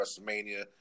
WrestleMania